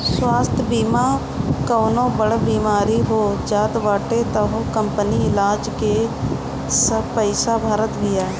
स्वास्थ्य बीमा में कवनो बड़ बेमारी हो जात बाटे तअ कंपनी इलाज के सब पईसा भारत बिया